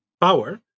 power